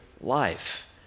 life